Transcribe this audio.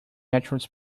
naturally